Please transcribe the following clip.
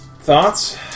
Thoughts